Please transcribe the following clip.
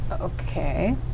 Okay